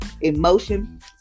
emotion